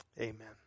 Amen